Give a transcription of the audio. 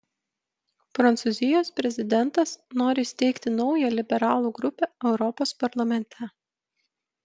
prancūzijos prezidentas nori įsteigti naują liberalų grupę europos parlamente